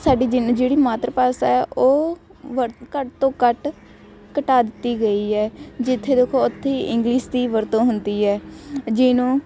ਸਾਡੀ ਜਿੰਨ ਜਿਹੜੀ ਮਾਤਰ ਭਾਸ਼ਾ ਹੈ ਉਹ ਵਰ ਘੱਟ ਤੋਂ ਘੱਟ ਘਟਾ ਦਿੱਤੀ ਗਈ ਹੈ ਜਿੱਥੇ ਦੇਖੋ ਉੱਥੇ ਹੀ ਇੰਗਲਿਸ਼ ਦੀ ਵਰਤੋਂ ਹੁੰਦੀ ਹੈ ਜਿਹਨੂੰ